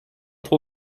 trop